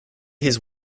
his